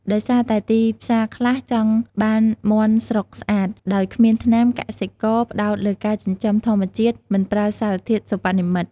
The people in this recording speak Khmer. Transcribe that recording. ដោយសារតែទីផ្សារខ្លះចង់បានមាន់ស្រុកស្អាត ដោយគ្មានថ្នាំ កសិករផ្តោតលើការចិញ្ចឹមធម្មជាតិ មិនប្រើសារធាតុសិប្បនិម្មិត។